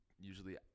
usually